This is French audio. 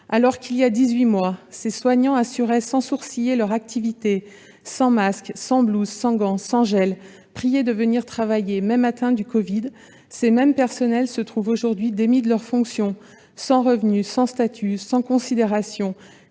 Alors qu'il y a dix-huit mois les soignants assuraient sans sourciller leur activité, sans masque, sans blouse, sans gants, sans gel, priés de venir travailler même s'ils étaient atteints du covid-19, ces mêmes personnels se trouvent aujourd'hui démis de leurs fonctions, sans revenus, sans statut, sans aucune considération